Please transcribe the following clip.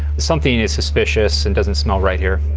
something is suspicious and doesn't smell right here.